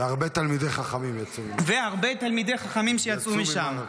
והרבה תלמידי חכמים יצאו ממנה.